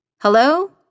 Hello